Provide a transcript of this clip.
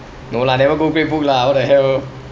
no lah never go great book lah what the hell